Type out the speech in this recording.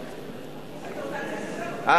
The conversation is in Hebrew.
אבל,